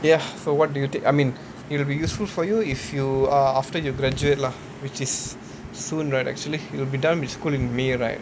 ya so what do you think I mean it will be useful for you if you are after yu graduate lah which is soon right like actually you'll be done with school in may right